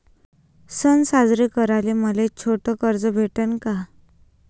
सन साजरे कराले मले छोट कर्ज भेटन का?